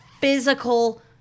physical